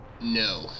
No